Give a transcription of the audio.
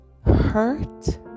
hurt